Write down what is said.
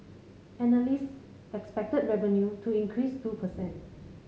analysts expected revenue to increase two percent